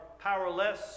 powerless